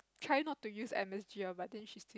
try not to use M_S_G lor but then she's